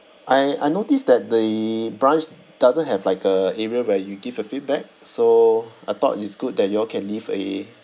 I I noticed that the branch doesn't have like a area where you give your feedback so I thought it's good that you all can leave a